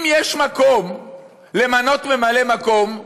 אם יש מקום למנות ממלא מקום,